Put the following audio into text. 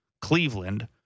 Cleveland